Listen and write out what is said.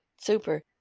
Super